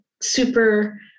super